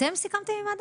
אתם סיכמתם עם מד"א?